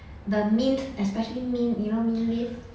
the mint especially mint you know mint leave